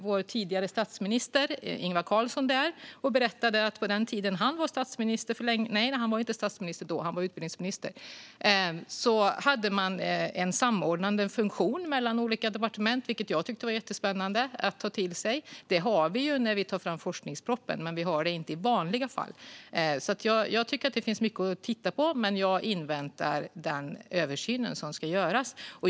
Vår tidigare statsminister Ingvar Carlsson var där och berättade att på den tiden för länge sedan då han var utbildningsminister hade man en samordnande funktion mellan olika departement, vilket jag tyckte var jättespännande att ta till sig. Det har vi ju när vi tar fram forskningspropositionen, men vi har det inte i vanliga fall. Jag tycker alltså att det finns mycket att titta på, men jag inväntar den översyn som ska göras.